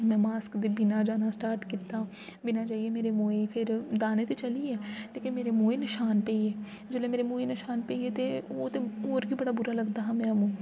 मैं मास्क दे बिना जाना स्टार्ट कीता बिना जाइयै मेरे मुंहै फेर दाने ते चली गे लेकिन मेरे मुंहै नशान पेई गे जेल्लै मेरे मुंहै गी नशान पेई गे ते ओह् ते होर बी बुरा लगदा हा मेरा मूंह्